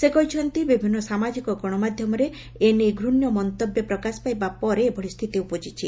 ସେ କହିଛନ୍ତି ବିଭିନ୍ନ ସାମାଜିକ ଗଣମାଧ୍ୟମରେ ନେଇ ଘୂଣ୍ୟ ମନ୍ତବ୍ୟ ପ୍ରକାଶ ପାଇବା ପରେ ଏଭଳି ସ୍ଥିତି ଉପୁଜିଛି